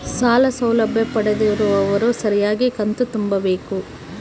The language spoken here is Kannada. ಸಾಲ ಸೌಲಭ್ಯ ಪಡೆದಿರುವವರು ಸರಿಯಾಗಿ ಕಂತು ತುಂಬಬೇಕು?